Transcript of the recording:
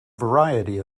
variety